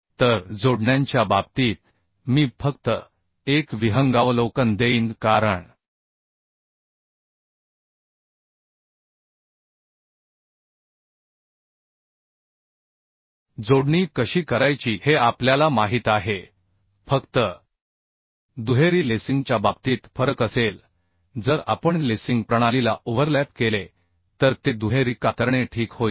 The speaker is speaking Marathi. तर जोडण्यांच्या बाबतीत मी फक्त एक विहंगावलोकन देईन कारण जोडणी कशी करायची हे आपल्याला माहित आहे फक्त दुहेरी लेसिंगच्या बाबतीत फरक असेल जर आपण लेसिंग प्रणालीला ओव्हरलॅप केले तर ते दुहेरी शिअर ठीक होईल